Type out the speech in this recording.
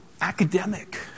academic